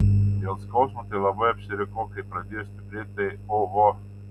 dėl skausmo tai labai apsirikau kai pradėjo stiprėti tai oho